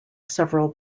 several